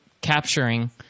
capturing